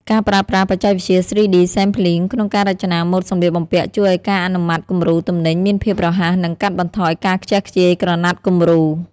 ការប្រើប្រាស់បច្ចេកវិទ្យា 3D Sampling ក្នុងការរចនាម៉ូដសម្លៀកបំពាក់ ជួយឱ្យការអនុម័តគំរូទំនិញមានភាពរហ័ស និងកាត់បន្ថយការខ្ជះខ្ជាយក្រណាត់គំរូ។